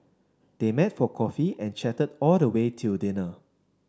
they met for coffee and chatted all the way till dinner